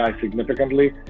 significantly